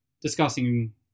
discussing